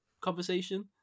conversation